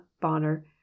bonner